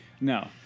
No